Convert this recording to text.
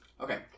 Okay